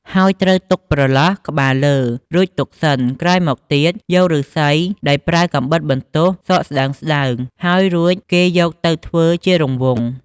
ហើយត្រូវទុកប្រឡោះក្បាលលើ រួចទុកសិនក្រោយមកទៀតយកឫស្សីដោយប្រើកាំបិតបន្ទោះសកស្តើងៗហើយ រួចគេយកទៅធ្វើជារង្វង់។